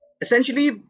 Essentially